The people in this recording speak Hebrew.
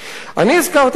אגב,